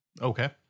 Okay